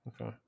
Okay